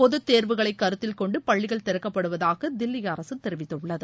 பொதுத்தேர்வுகளை கருத்தில் கொண்டு பள்ளிகள் திறக்கப்படுவதாக தில்லி அரசு தெரிவித்துள்ளது